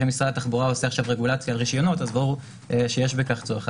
אם משרד התחבורה עושה עכשיו רגולציה על רישיונות אז ברור שיש בכך צורך.